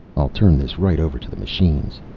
i'll turn this right over to the machines.